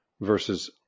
versus